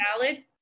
salad